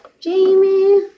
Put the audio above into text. Jamie